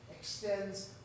extends